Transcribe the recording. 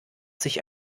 sich